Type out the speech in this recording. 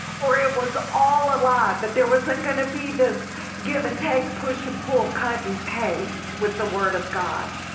or it was all a lie. but there wasn't going to be this give and take, push and pull, cut and paste with the word of god.